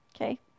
Okay